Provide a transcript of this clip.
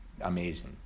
amazing